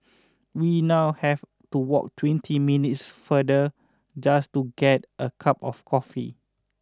we now have to walk twenty minutes farther just to get a cup of coffee